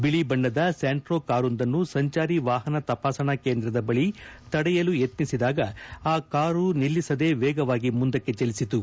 ಬಿಳಿ ಬಣ್ಣದ ಸ್ಕಾಂಟೋ ಕಾರೊಂದನ್ನು ಸಂಚಾರಿ ವಾಹನ ತಪಾಸಣಾ ಕೇಂದ್ರದ ಬಳಿ ತಡೆಯಲು ಯತ್ನಿಸಿದಾಗ ಆ ಕಾರು ನಿಲ್ಲಿಸದೆ ವೇಗವಾಗಿ ಮುಂದಕ್ಕೆ ಚಲಿಸಿತು